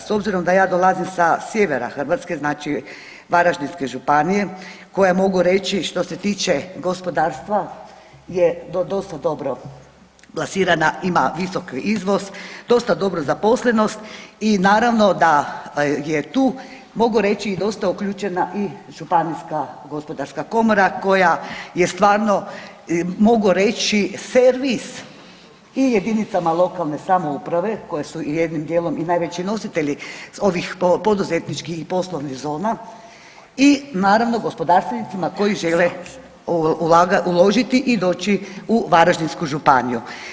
S obzirom da ja dolazim sa sjevera Hrvatske znači Varaždinske županije koja mogu reći što se tiče gospodarstva je dosta dobro plasirana, ima visoki izvoz, dosta dobro zaposlenost i naravno da je tu mogu reći i dosta uključena i Županijska gospodarska komora koja je stvarno mogu reći servis i jedinicama lokalne samouprave koje su jednim dijelom i najveći nositelji ovih poduzetničkih i poslovnih zona i naravno gospodarstvenicima koji žele uložiti i doći u Varaždinsku županiju.